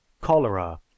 cholera